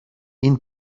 این